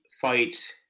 fight